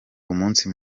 umunsi